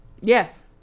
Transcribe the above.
Yes